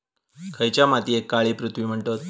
खयच्या मातीयेक काळी पृथ्वी म्हणतत?